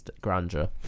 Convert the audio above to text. grandeur